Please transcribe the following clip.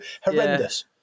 Horrendous